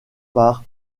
par